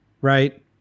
right